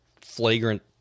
flagrant